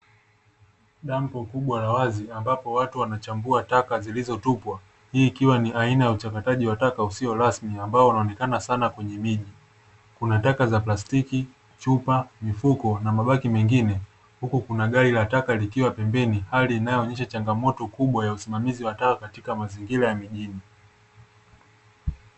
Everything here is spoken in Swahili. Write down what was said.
Dampo kubwa la wazi, ambapo watu wanachambua taka zilizotupwa. Hii ikiwa ni aina ya uchakataji wa taka usio rasmi ambao unaonekana sana kwenye miji, kuna taka za plastiki, chupa, mifuniko na mabaki mengine, huku kuna gari la taka likiwa pembeni. Hali inayoonyesha changamoto kubwa ya usimamizi wa taka katika mazingira ya mijini.